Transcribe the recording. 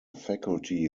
faculty